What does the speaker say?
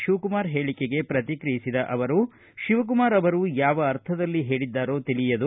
ಶಿವಕುಮಾರ ಹೇಳಿಕೆಗೆ ಪ್ರತಿಕ್ರಿಯಿಸಿದ ಅವರು ಶಿವಕುಮಾರ್ ಯಾವ ಅರ್ಥದಲ್ಲಿ ಹೇಳದ್ದಾರೋ ತಿಳಿಯದು